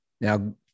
Now